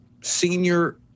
senior